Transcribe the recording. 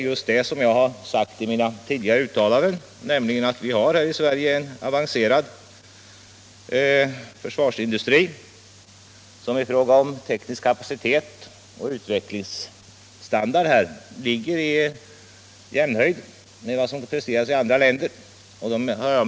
I mina tidigare uttalanden har jag framhållit att vi i Sverige har en avancerad försvarsindustri, som i fråga om teknisk kapacitet och utvecklingsstandard ligger i jämnhöjd med vad som kan presteras i andra länder.